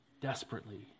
desperately